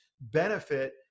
benefit